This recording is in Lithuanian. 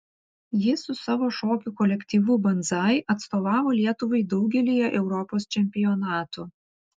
jis su savo šokių kolektyvu banzai atstovavo lietuvai daugelyje europos čempionatų